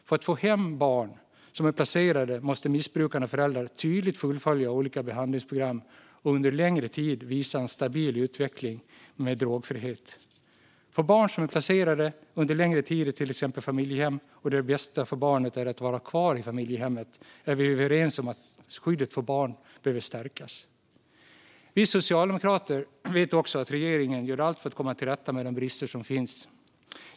För att få "hem" barn som är placerade måste missbrukande föräldrar tydligt fullfölja olika behandlingsprogram och under längre tid visa en stabil utveckling med drogfrihet. För barn som är placerade under längre tid i till exempel ett familjehem och där det bästa för barnet är att vara kvar i familjehemmet är vi överens om att skyddet behöver stärkas. Vi socialdemokrater vet också att regeringen gör allt för att komma till rätta med de brister som finns.